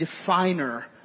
definer